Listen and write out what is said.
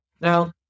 Now